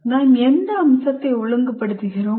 நாம் எந்த அம்சத்தை ஒழுங்குபடுத்துகிறோம்